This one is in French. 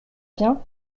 bien